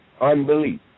unbelief